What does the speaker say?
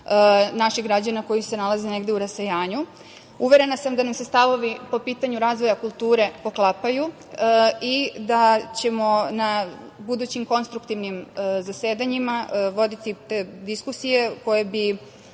naših građana koji se nalaze negde u rasejanju. Uverena sam da nam se stavovi po pitanju razvoja kulture poklapaju i da ćemo na budućim konstruktivnim zasedanjima voditi te diskusije koje bi